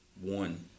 one